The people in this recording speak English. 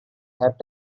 had